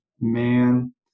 man